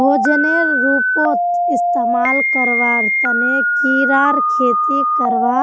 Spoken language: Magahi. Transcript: भोजनेर रूपत इस्तमाल करवार तने कीरा खेती करवा